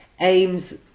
aims